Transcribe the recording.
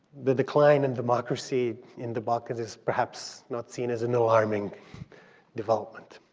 the decline in democracy in the balkans is perhaps not seen as an alarming development,